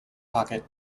pocket